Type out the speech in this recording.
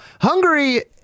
Hungary